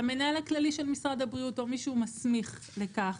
המנהל הכללי של משרד הבריאות או מי שהוא מסמיך לכך.